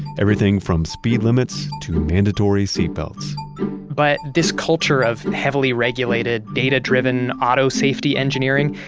everything from speed limits to mandatory seatbelts but this culture of heavily regulated, data-driven auto safety engineering.